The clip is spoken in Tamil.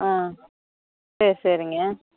ஆ சரி சரிங்க